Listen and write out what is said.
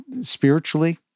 spiritually